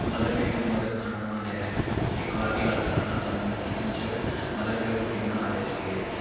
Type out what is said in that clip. mother मेरी होंदी mother खाना बनांदे ऐ इक बारी दी गल्ल सनाना तुहानू में किचन च मदर मेरे रुट्टी बना दे सी गे